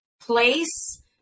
place